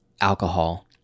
alcohol